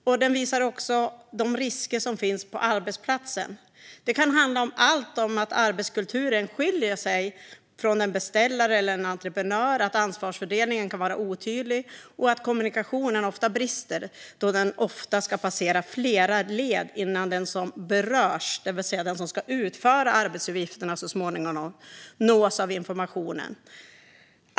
Det handlar också om de risker som finns på arbetsplatsen. Det kan vara allt från att arbetskulturen skiljer sig mellan beställare och entreprenör till att ansvarsfördelningen kan vara otydlig. Det kan handla om att kommunikationen brister då den ofta ska passera flera led innan den som berörs, det vill säga den som så småningom ska utföra arbetsuppgifterna, nås av informationen.